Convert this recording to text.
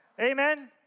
Amen